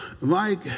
Mike